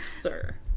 sir